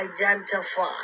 identify